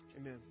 Amen